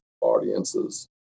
audiences